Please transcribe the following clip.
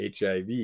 HIV